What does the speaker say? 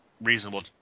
reasonable